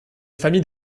famille